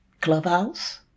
Clubhouse